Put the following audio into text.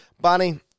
Bonnie